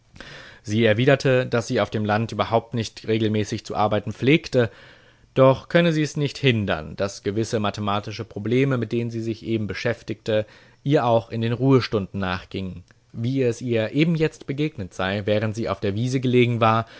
sie erwiderte daß sie auf dem land überhaupt nicht regelmäßig zu arbeiten pflegte doch könne sie's nicht hindern daß gewisse mathematische probleme mit denen sie sich eben beschäftigte ihr auch in den ruhestunden nachgingen wie es ihr eben jetzt begegnet sei während sie auf der wiese gelegen war